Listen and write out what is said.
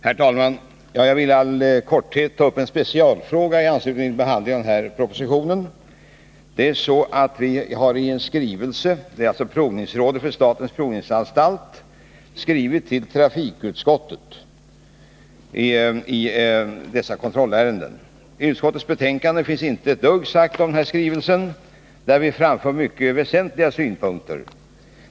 Herr talman! Jag vill i all korthet ta upp en specialfråga i anslutning till behandlingen av denna proposition. Provningsrådet vid statens provningsanstalt har översänt en skrivelse till trafikutskottet om kontrollärenden. I utskottets betänkande finns inte ett dugg sagt om denna skrivelse, där vi framför mycket väsentliga synpunkter.